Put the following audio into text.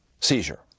seizure